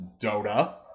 Dota